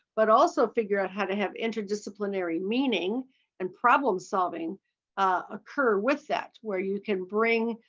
but also figure out how to have interdisciplinary meaning and problem solving occur with that where you can bring,